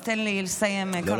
אז תן לי לסיים כמה שורות.